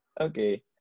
Okay